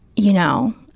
you know,